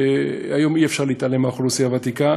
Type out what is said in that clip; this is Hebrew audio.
היום אי-אפשר להתעלם מהאוכלוסייה הוותיקה.